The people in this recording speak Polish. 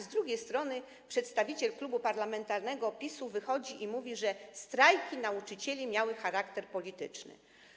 Z drugiej strony przedstawiciel Klubu Parlamentarnego PiS wychodzi i mówi, że strajki nauczycieli miały charakter polityczny.